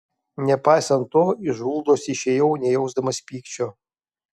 nepaisant to iš huldos išėjau nejausdamas pykčio